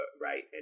Right